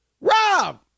Rob